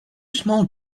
small